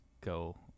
go